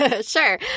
Sure